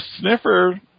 sniffer